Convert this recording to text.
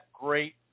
great